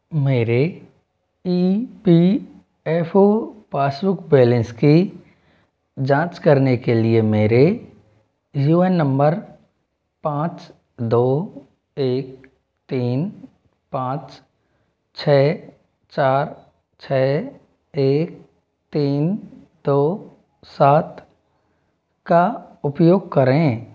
मेरे E P F O passbook balance की जाँच करने के लिए मेरे यू ए एन नंबर पाँच दो एक तीन पाँच छः चार छः एक तीन दो सात का उपयोग करें